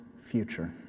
future